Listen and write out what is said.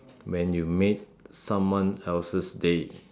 when you made someone else's day